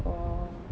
oh